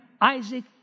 Isaac